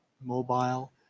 mobile